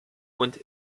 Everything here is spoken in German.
und